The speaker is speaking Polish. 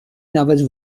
nawet